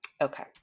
okay